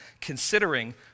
considering